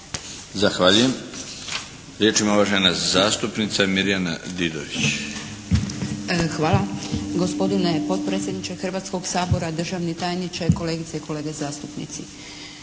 Zahvaljujem. Riječ ima uvažena zastupnica Mirjana Didović. **Didović, Mirjana (SDP)** Hvala. Gospodine potpredsjedniče Hrvatskoga sabora, državni tajniče, kolegice i kolege zastupnici.